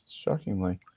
shockingly